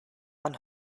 man